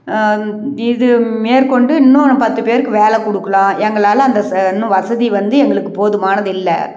இது மேற்கொண்டு இன்னும் பத்து பேருக்கு வேலை கொடுக்கலாம் எங்களால் அந்த இன்னும் வசதி வந்து எங்களுக்குப் போதுமானது இல்லை